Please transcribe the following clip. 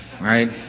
right